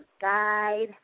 guide